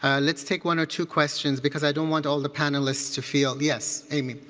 ah let's take one or two questions. because i don't want all the panelists to feel yes, amy?